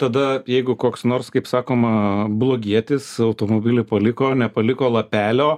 tada jeigu koks nors kaip sakoma blogietis automobilį paliko nepaliko lapelio